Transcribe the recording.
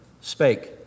spake